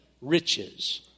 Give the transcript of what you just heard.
riches